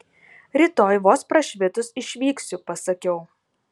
rytoj vos prašvitus išvyksiu pasakiau